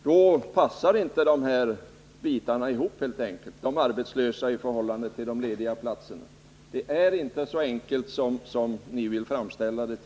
Då passar helt enkelt inte bitarna ihop, dvs. de arbetslösa i förhållande till de lediga platserna. Det är alltså inte så enkelt som ni vill framställa det.